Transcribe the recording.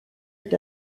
est